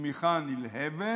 תמיכה נלהבת,